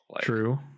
true